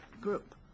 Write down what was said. group